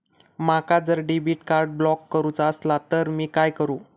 माका जर debit card block करूचा असला तर मी काय करू?